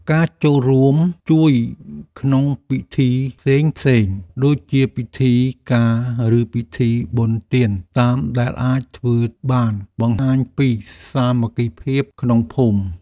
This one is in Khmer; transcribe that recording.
ការចូលរួមជួយក្នុងពិធីផ្សេងៗដូចជាពិធីការឬពិធីបុណ្យទានតាមដែលអាចធ្វើបានបង្ហាញពីសាមគ្គីភាពក្នុងភូមិ។